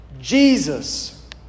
Jesus